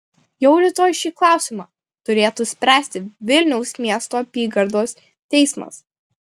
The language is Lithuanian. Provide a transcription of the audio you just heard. jau rytoj šį klausimą turėtų spręsti vilniaus miesto apygardos teismas